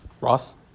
Ross